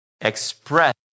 express